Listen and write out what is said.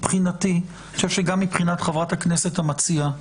מבחינתי וגם מבחינת חברת הכנסת המציעה,